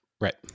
Right